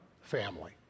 family